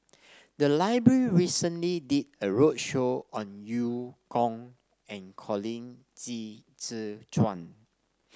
the library recently did a roadshow on Eu Kong and Colin Qi Zhe Quan